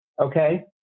okay